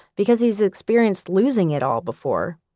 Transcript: because he's experienced losing it all before.